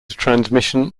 transmission